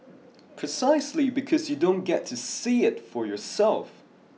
precisely because you don't get to see it for yourself